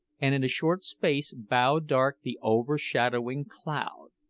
and in a short space bow dark the overshadowing cloud!